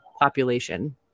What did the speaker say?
population